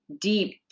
deep